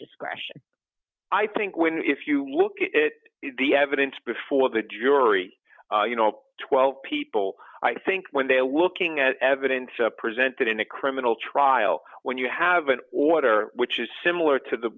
discretion i think when if you look at the evidence before the jury you know twelve people i think when they will king at evidence presented in a criminal trial when you have an order which is similar to the